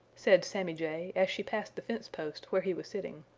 said sammy jay as she passed the fence post where he was sitting.